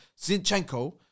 Zinchenko